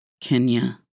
Kenya